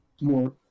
more